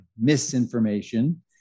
misinformation